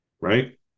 right